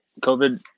COVID